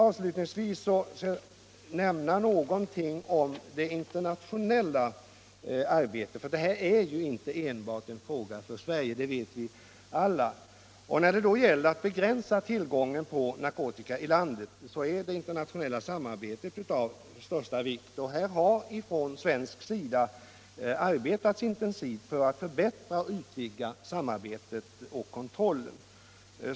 Avslutningsvis vill jag så nämna något om det internationella arbetet på detta område. Vi vet ju alla att detta inte är frågor som bara berör Sverige. När det gäller att begränsa tillgången på narkotika i vårt land är det internationella samarbetet av största vikt. Från svensk sida har vi länge arbetat intensivt på att förbättra och utvidga samarbetet och kontrollen.